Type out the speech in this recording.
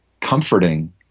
comforting